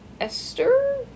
Esther